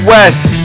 West